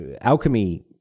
alchemy